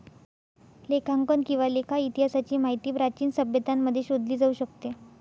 लेखांकन किंवा लेखा इतिहासाची माहिती प्राचीन सभ्यतांमध्ये शोधली जाऊ शकते